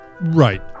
Right